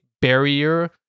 barrier